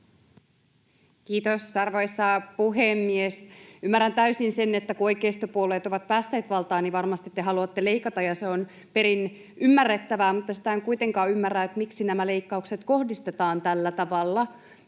Kiitos, arvoisa puhemies! Ymmärrän täysin sen, että kun oikeistopuolueet ovat päässeet valtaan, niin varmasti te haluatte leikata. Se on perin ymmärrettävää, mutta sitä en kuitenkaan ymmärrä, miksi nämä leikkaukset kohdistetaan tällä tavalla.